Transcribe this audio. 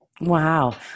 Wow